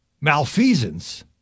malfeasance